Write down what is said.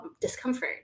discomfort